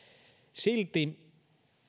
silti